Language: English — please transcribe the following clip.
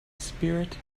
spirit